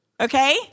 Okay